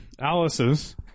Alice's